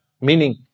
Meaning